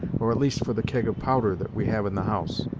or at least for the keg of powder that we have in the house.